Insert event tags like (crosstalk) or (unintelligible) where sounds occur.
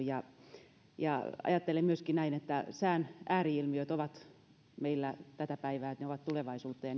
(unintelligible) ja ja kaupunkisuunnitteluun ajattelen myöskin näin että sään ääri ilmiöt ovat meillä tätä päivää ne ovat tulevaisuutta ja